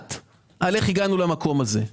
מזדעזעת איך הגענו למקום הזה.